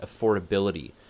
affordability